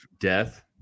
death